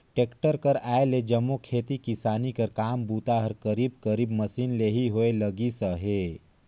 tractor कर आए ले जम्मो खेती किसानी कर काम बूता हर करीब करीब मसीन ले ही होए लगिस अहे